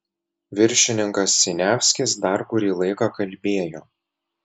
viršininkas siniavskis dar kurį laiką kalbėjo